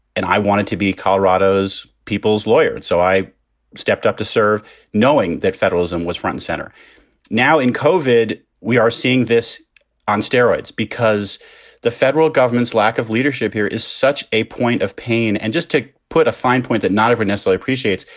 and i wanted to be colorado's people's lawyer. so i stepped up to serve knowing that federalism was front center now in cosied we are seeing this on steroids because because the federal government's lack of leadership here is such a point of pain. and just to put a fine point that not every nessel appreciates.